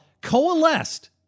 coalesced